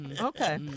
Okay